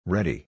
Ready